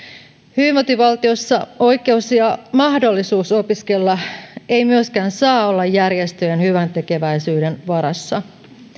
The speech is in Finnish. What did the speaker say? hyvinvointivaltiossa oikeus ja mahdollisuus opiskella eivät myöskään saa olla järjestöjen hyväntekeväisyyden varassa